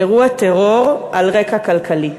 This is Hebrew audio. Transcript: אירוע טרור, על רקע כלכלי.